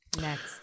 Next